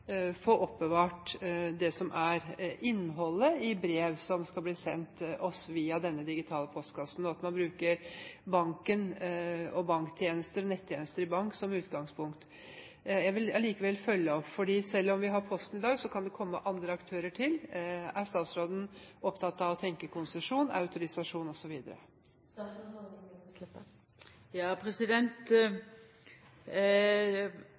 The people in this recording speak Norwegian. få oppbevart det som er innholdet i brev som skal bli sendt oss via denne digitale postkassen, og at man bruker banken, banktjenester og nettjenester i bank som utgangspunkt. Jeg vil allikevel følge opp, for selv om vi har Posten i dag, kan det komme andre aktører til. Er statsråden opptatt av å tenke konsesjon, autorisasjon